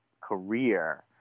career